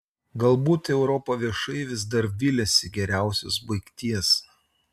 galbūt europa viešai vis dar viliasi geriausios baigties